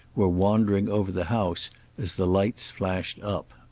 were wandering over the house as the lights flashed up.